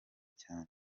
cyane